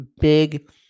big